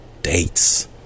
Dates